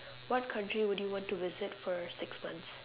what country would you want to visit for six months